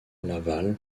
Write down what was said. laval